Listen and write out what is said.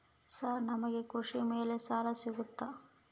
Sir ನಮಗೆ ಕೃಷಿ ಮೇಲೆ ಸಾಲ ಸಿಗುತ್ತಾ?